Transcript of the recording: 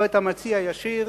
לא את המציע הישיר